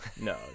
No